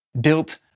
built